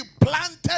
planted